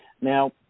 Now